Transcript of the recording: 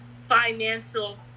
financial